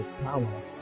power